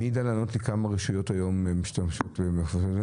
מי ידע לענות לי כמה רשויות היום משתמשות בזה?